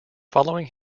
following